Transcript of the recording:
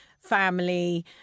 family